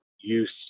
use